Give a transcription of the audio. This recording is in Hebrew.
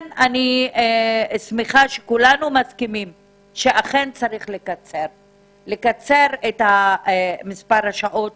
אני שמחה שכולנו מסכימים שצריך לקצר את שעות